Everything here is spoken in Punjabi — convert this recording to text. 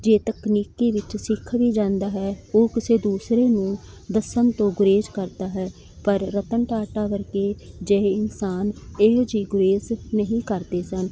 ਜੇ ਤਕਨੀਕੀ ਵਿੱਚ ਸਿੱਖ ਵੀ ਜਾਂਦਾ ਹੈ ਉਹ ਕਿਸੇ ਦੂਸਰੇ ਨੂੰ ਦੱਸਣ ਤੋਂ ਗੁਰੇਜ਼ ਕਰਦਾ ਹੈ ਪਰ ਰਤਨ ਟਾਟਾ ਵਰਗੇ ਜਿਹੇ ਇਨਸਾਨ ਇਹੋ ਜਿਹੀ ਗੁਰੇਜ਼ ਨਹੀਂ ਕਰਦੇ ਸਨ